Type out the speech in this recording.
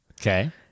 Okay